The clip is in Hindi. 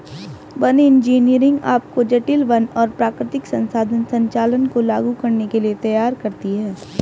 वन इंजीनियरिंग आपको जटिल वन और प्राकृतिक संसाधन संचालन को लागू करने के लिए तैयार करती है